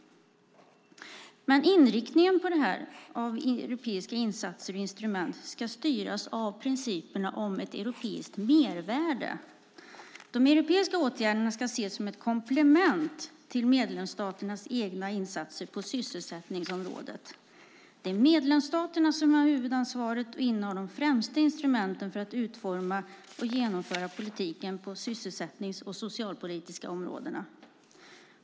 Men inriktningen av europeiska insatser och instrument ska styras av principerna om ett europeiskt mervärde. De europeiska åtgärderna ska ses som ett komplement till medlemsstaternas egna insatser på sysselsättningsområdet. Det är medlemsstaterna som har huvudansvaret och innehar de främsta instrumenten för att utforma och genomföra politiken på de sysselsättnings och socialpolitiska områdena.